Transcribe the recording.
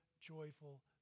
joyful